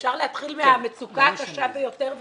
אפשר להתחיל מהמצוקה הקשה ביותר ולהתקדם.